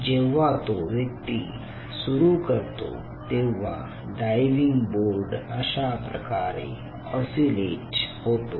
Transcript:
जेव्हा तो व्यक्ती सुरू करतो तेव्हा डायव्हिंग बोर्ड अशाप्रकारे ऑसीलेट होतो